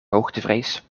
hoogtevrees